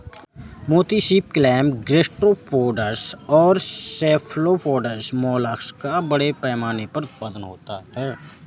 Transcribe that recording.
मोती सीप, clam, gastropods और सेफलोपोड्स मोलस्क का बड़े पैमाने पर उत्पादन होता है